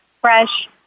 fresh